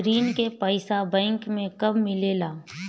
ऋण के पइसा बैंक मे कब मिले ला?